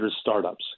startups